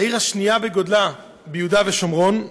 העיר השנייה בגודלה ביהודה ושומרון,